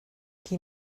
qui